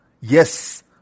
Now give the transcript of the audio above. Yes